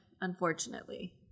unfortunately